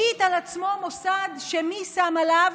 השית על עצמו מוסד, שמי שם עליו?